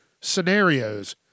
Scenarios